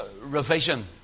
revision